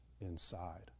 inside